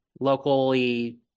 Locally